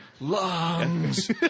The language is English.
lungs